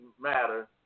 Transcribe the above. matter